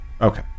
Okay